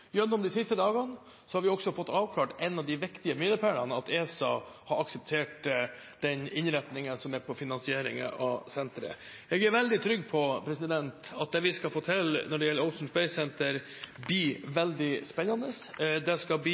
De siste dagene har vi også fått avklart en av de viktige milepælene – at ESA har akseptert innretningen på finansieringen av senteret. Jeg er veldig trygg på at det vi skal få til når det gjelder Ocean Space Centre, blir veldig spennende. Det skal bli